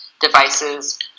devices